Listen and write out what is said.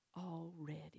already